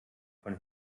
von